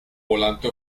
volante